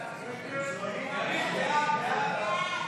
סעיף 4, כהצעת הוועדה,